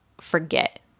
forget